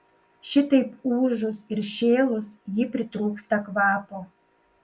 šitaip ūžus ir šėlus ji pritrūksta kvapo